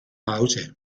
hause